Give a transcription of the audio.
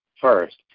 first